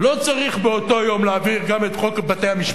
לא צריך באותו יום להעביר גם את חוק בתי-המשפט